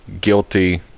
guilty